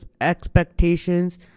expectations